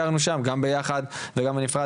ביקרנו שם גם ביחד וגם בנפרד,